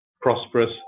prosperous